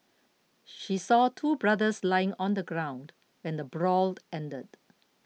she saw two brothers lying on the ground when the brawl ended